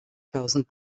tausend